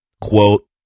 quote